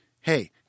Hey